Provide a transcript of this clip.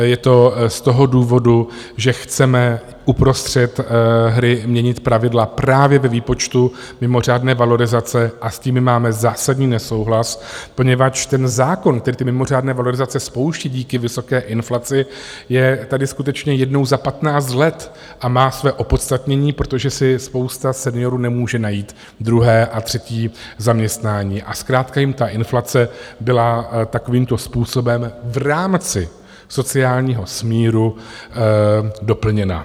Je to z toho důvodu, že chceme uprostřed hry měnit pravidla právě ve výpočtu mimořádné valorizace, a s tím my máme zásadní nesouhlas, poněvadž zákon, který mimořádné valorizace spouští díky vysoké inflaci, je tady skutečně jednou za patnáct let a má své opodstatnění, protože si spousta seniorů nemůže najít druhé a třetí zaměstnání, a zkrátka jim inflace byla takovýmto způsobem v rámci sociálního smíru doplněna.